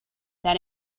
that